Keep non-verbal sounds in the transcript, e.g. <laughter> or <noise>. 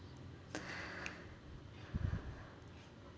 <breath>